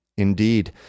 Indeed